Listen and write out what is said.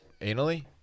Anally